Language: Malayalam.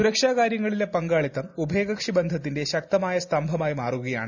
സുരക്ഷാകാര്യങ്ങളി ലെ പങ്കാളിത്തം ഉഭയകക്ഷി ബന്ധത്തിന്റെ ശക്തമായ സ്തംഭമായി മാറുകയാണ്